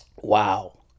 Wow